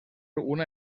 una